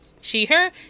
she/her